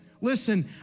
listen